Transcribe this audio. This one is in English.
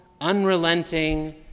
unrelenting